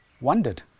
wondered